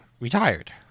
Retired